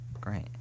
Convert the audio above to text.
great